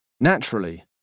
Naturally